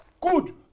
Good